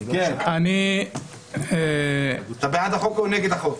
אני --- אתה בעד החוק או נגד החוק?